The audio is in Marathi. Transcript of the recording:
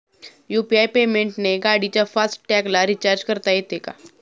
यु.पी.आय पेमेंटने गाडीच्या फास्ट टॅगला रिर्चाज करता येते का?